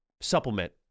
supplement